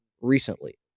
recently